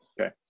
Okay